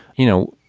you know,